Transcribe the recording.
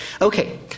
Okay